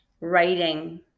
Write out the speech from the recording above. writing